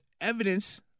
evidence